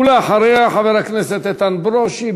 ואחריה, חבר הכנסת איתן ברושי.